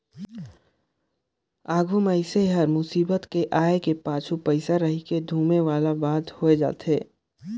आघु मइनसे हर मुसीबत के आय के पाछू पइसा रहिके धुमे वाला बात होए जाथे